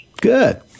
Good